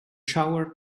shower